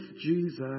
Jesus